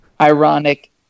ironic